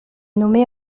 nommée